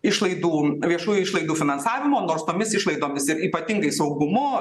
išlaidų viešųjų išlaidų finansavimo nors tomis išlaidomis ir ypatingai saugumu